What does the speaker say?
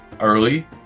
early